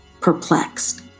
perplexed